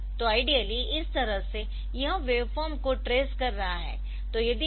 तो आइडियली इस तरह से यह वेवफॉर्म को ट्रेस कर रहा है